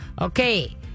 Okay